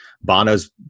Bono's